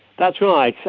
that's right.